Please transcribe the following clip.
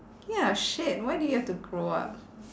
ya shit why did we have to grow up